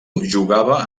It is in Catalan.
jugava